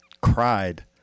cried